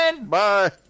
Bye